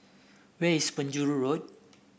where is Penjuru Road